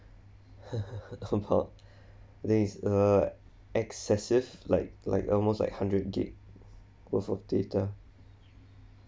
about this err excessive like like almost like hundred gig worth of data